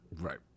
Right